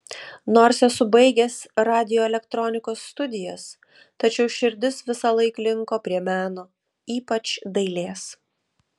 nors esu baigęs radioelektronikos studijas tačiau širdis visąlaik linko prie meno ypač dailės